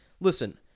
listen